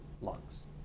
lungs